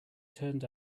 turned